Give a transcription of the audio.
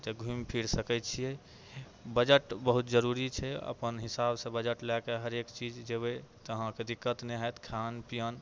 ओतय घुमि फिर सकै छियै बजट बहुत जरुरी छै अपन हिसाबसँ बजट लएके हरेक चीज जेबै तऽ अहाँके दिक्कत नै हैत खान पिन